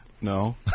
No